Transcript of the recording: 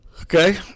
Okay